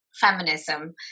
feminism